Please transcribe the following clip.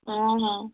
ହଁ ହଁ